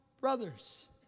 brothers